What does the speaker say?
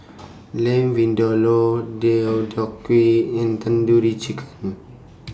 Lam Vindaloo Deodeok Gui and Tandoori Chicken